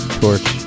torch